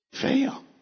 fail